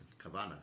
kavana